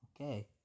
Okay